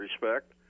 respect